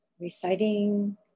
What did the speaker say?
reciting